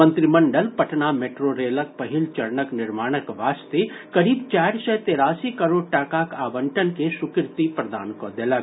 मंत्रिमंडल पटना मेट्रो रेलक पहिल चरणक निर्माणक वास्ते करीब चारि सय तेरासी करोड़ टाकाक आवंटन के स्वीकृति प्रदान कऽ देलक